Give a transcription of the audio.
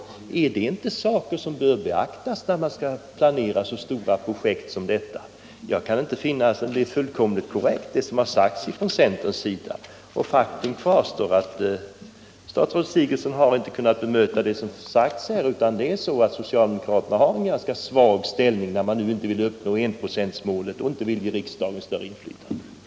Jag kan inte finna annat än att det som har sagts från centerhåll är fullkomligt korrekt. Statsrådet Sigurdsen har inte kunnat bemöta det som sagts, utan faktum kvarstår att socialdemokraterna har en svag ställning när de inte vill uppnå enprocentsmålet och inte vill ge riksdagen större inflytande på u-hjälpens utformning.